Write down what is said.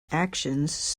actions